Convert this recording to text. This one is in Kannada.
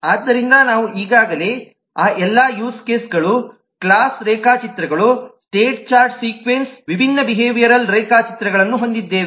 ಆದ್ದರಿಂದ ನಾವು ಈಗಾಗಲೇ ಆ ಎಲ್ಲಾ ಯೂಸ್ ಕೇಸ್ಗಳು ಕ್ಲಾಸ್ ರೇಖಾಚಿತ್ರಗಳು ಸ್ಟೇಟ್ ಚಾರ್ಟ್ ಸೀಕ್ವೆನ್ಸ್ ವಿಭಿನ್ನ ಬಿಹೇವಿಯರಲ್ ರೇಖಾಚಿತ್ರಗಳನ್ನು ಹೊಂದಿದ್ದೇವೆ